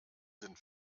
sind